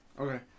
okay